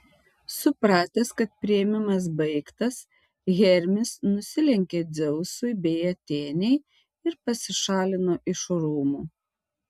supratęs kad priėmimas baigtas hermis nusilenkė dzeusui bei atėnei ir pasišalino iš rūmų